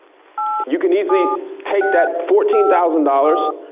you can easily take that fourteen thousand dollars,